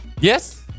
Yes